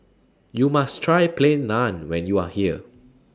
YOU must Try Plain Naan when YOU Are here